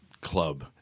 club